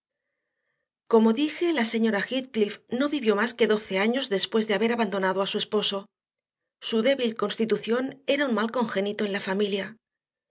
como dije la señora heathcliff no vivió más que doce años después de haber abandonado a su esposo su débil constitución era un mal congénito en la familia